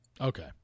Okay